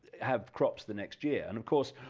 have crops the next year and of course